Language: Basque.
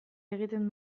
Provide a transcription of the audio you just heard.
egiten